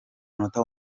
munota